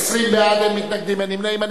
20 בעד, אין מתנגדים ואין נמנעים.